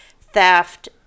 theft